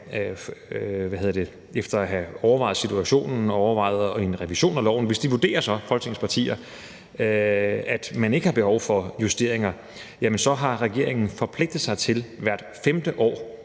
efter at have overvejet situationen og overvejet en revision af loven vurderer, at man ikke har behov for justeringer, så har regeringen forpligtet sig til hvert femte år